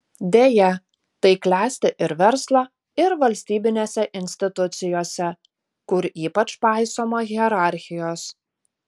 deja tai klesti ir verslo ir valstybinėse institucijose kur ypač paisoma hierarchijos